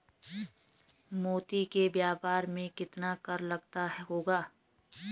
मोती के व्यापार में कितना कर लगता होगा?